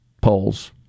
polls